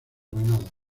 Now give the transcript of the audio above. granada